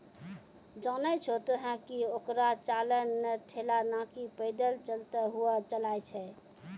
जानै छो तोहं कि हेकरा चालक नॅ ठेला नाकी पैदल चलतॅ हुअ चलाय छै